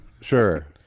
Sure